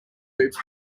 hoops